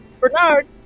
Bernard